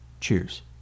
Cheers